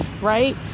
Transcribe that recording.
right